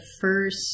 first